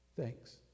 Thanks